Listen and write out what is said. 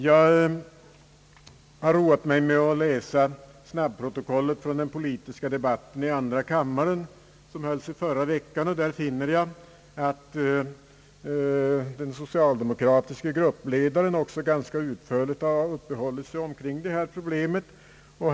Jag har roat mig med att läsa snabbprotokollet från den allmänpolitiska debatten i andra kammaren i förra veckan. Därvid har jag funnit att den socialdemokratiske gruppledaren ganska utförligt uppehöll sig kring det här problemet.